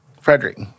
Frederick